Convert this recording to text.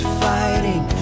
fighting